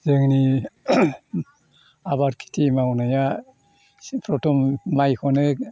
जोंनि आबाद खिथि मावनाया से फ्रथम माइखौनो